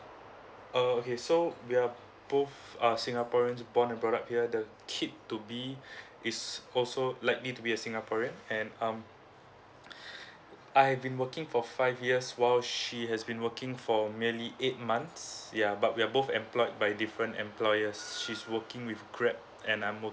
ah okay so we're both are singaporeans born and brought up here the kid to be it's also likely to be a singaporean and um I've been working for five years while she has been working for merely eight months ya but we're both employed by different employers so she's working with grab and I'm working